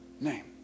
name